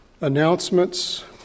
announcements